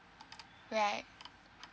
right